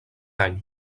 any